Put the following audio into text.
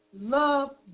love